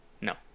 No